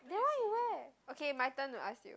then what you wear okay my turn to ask you